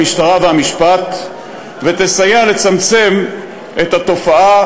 המשטרה והמשפט ותסייע לצמצם את התופעה,